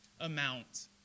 amount